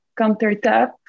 countertop